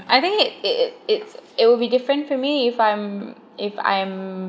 I think it it it's it will be different for me if I'm if I'm